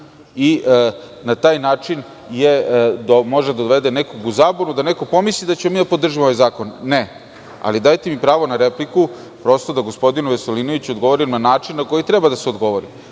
Na taj način može da dovede nekoga u zabunu, da neko pomisli da ćemo mi da podržimo ovaj zakon. Ne. Ali, dajte mi pravo na repliku, prosto da gospodinu Veselinoviću odgovorim na način na koji treba da se odgovori,